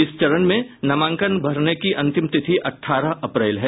इस चरण में नामांकन भरने की अंतिम तिथि अठारह अप्रैल है